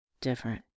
Different